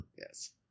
Yes